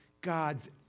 God's